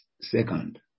second